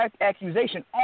accusation